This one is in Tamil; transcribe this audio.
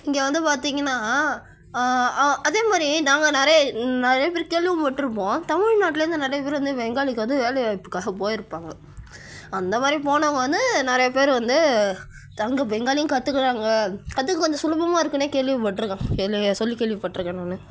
இங்கே வந்து பார்த்திங்ன்னா அதே மாதிரி நாங்கள் நிறைய நிறைய பேர் கேள்விபட்டிருப்போம் தமிழ் நாட்டில் இருந்து நிறைய பேர் வந்து பெங்காலிக்கு வந்து வேலை வாய்ப்புக்காக போயிருப்பாங்க அந்த மாதிரி போனவங்க வந்து நிறைய பேர் வந்து தங்க பெங்காலியும் கற்றுக்குறாங்க கற்றுக்க கொஞ்சம் சுலபமாக இருக்குமெனே கேள்விபட்டிருக்கேன் வெளியே சொல்லி கேள்விபட்டிருக்கேன் நான்